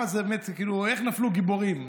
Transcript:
כאילו, איך נפלו גיבורים?